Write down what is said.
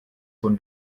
von